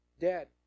dead